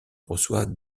reçoit